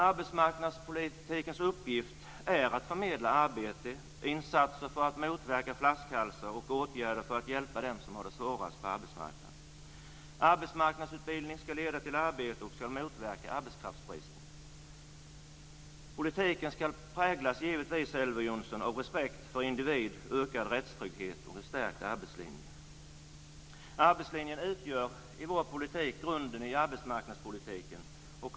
Arbetsmarknadspolitikens uppgift är att förmedla arbete, att göra insatser för att motverka flaskhalsar på arbetsmarknaden och att vidta åtgärder för att hjälpa dem som har det svårast på arbetsmarknaden. Arbetsmarknadsutbildningen ska leda till arbete och motverka arbetskraftsbristen. Politiken ska givetvis präglas av respekt för individen, Elver Jonsson, av ökad rättstrygghet och av en stärkt arbetslinje. Arbetslinjen utgör grunden i vår arbetsmarknadspolitik.